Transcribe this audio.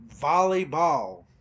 Volleyball